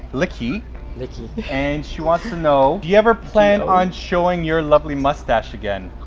licky licky and she wants to know do you ever plan on showing your lovely mustache again?